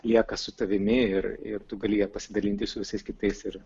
lieka su tavimi ir ir tu gali ja pasidalinti su visais kitais ir